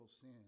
sin